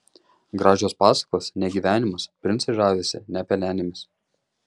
gražios pasakos ne gyvenimas princai žavisi ne pelenėmis